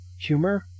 humor